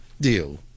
deal